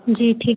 जी ठीक